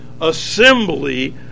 assembly